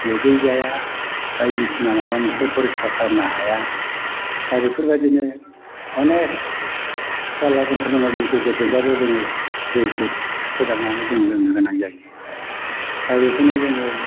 दुगैजाया बायदिसिना माबा मोनसे फरिस्खार खालामनो हाया दा बेफोरबायदिनो अनेक जारला जनथ्र'नानि गेजेरजोंबाबो जोङो दैखौ सोदांनानै जों लोंनो गोनां जायो दा बेखौनो जोङो